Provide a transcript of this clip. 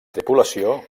tripulació